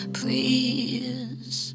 please